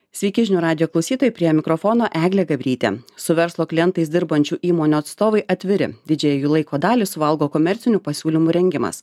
sveiki žinių radijo klausytojai prie mikrofono eglė gabrytė su verslo klientais dirbančių įmonių atstovai atviri didžiąją jų laiko dalį suvalgo komercinių pasiūlymų rengimas